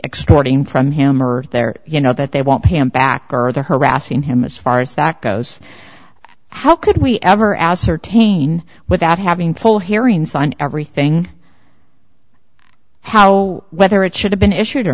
extorting from him or their you know that they won't pay him back or the harassing him as far as that goes how could we ever ascertain without having full hearing signed everything how whether it should have been issued or